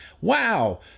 Wow